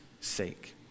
sake